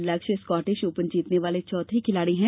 लक्ष्य Scottish Open जीतने वाले चौथे खिलाड़ी हैं